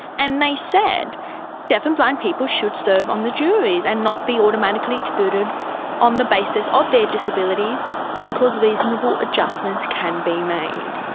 and they said deaf and blind people should serve on the jury and not be automatically excluded on the basis of their disability because reasonable adjustments can be made.